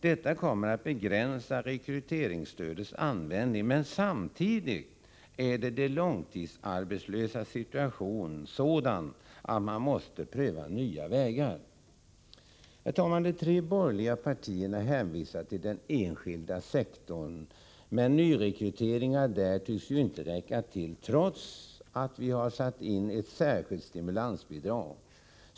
Detta kommer att begränsa rekryteringsstödets användning. Samtidigt är de långtidsarbetslösas situation sådan att man måste pröva nya vägar. De tre borgerliga partierna hänvisar till den enskilda sektorn, men nyrekryteringarna där tycks ju inte räcka till, trots att vi har satt in ett särskilt stimulansbidrag.